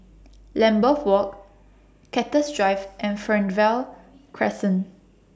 Lambeth Walk Cactus Drive and Fernvale Crescent